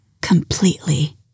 completely